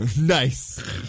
Nice